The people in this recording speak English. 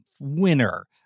winner